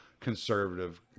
conservative